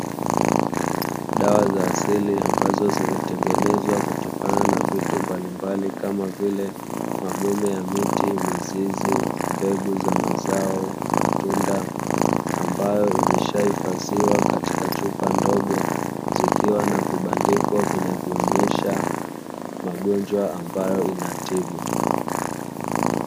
Dawa za asili ambazo zimetengenezwa kutokana na vitu mbalimbali kama vile magome ya miti mizizi mbegu za mazao matunda ambayo imeshaifaziwa katika chupa ndogo, zikiwa na vibandiko vinavyoonyesha magonjwa ambayo inatibu.